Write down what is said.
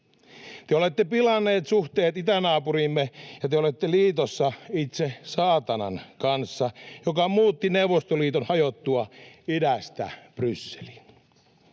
Te olette pilanneet suhteet itänaapuriimme, ja te olette liitossa itse saatanan kanssa, joka muutti Neuvostoliiton hajottua idästä Brysseliin.